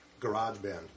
GarageBand